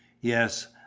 Yes